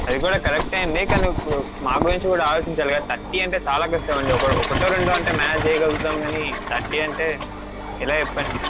అది కూడా కరెక్టే అండి కానీ కు మా గురించి కూడా ఆలోచించాలి కదా థర్టీ అంటే చాలా కష్టం అండి ఒక ఒకటో రెండో అయితే మేనేజ్ చేయగలుగుతాం కానీ థర్టీ అంటే ఎలా చెప్పండి